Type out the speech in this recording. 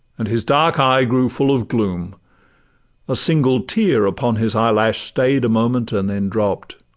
and his dark eye grew full of gloom a single tear upon his eyelash staid a moment, and then dropp'd